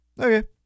okay